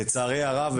לצערי הרב,